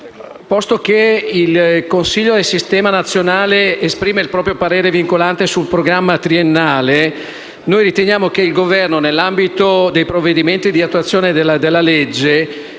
Posto che il Consiglio del Sistema nazionale esprime il proprio parere vincolante sul programma triennale, riteniamo che il Governo, nell'ambito dei provvedimenti di attuazione della legge,